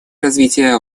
развития